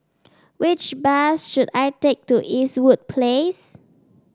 which bus should I take to Eastwood Place